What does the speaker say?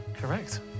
Correct